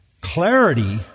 clarity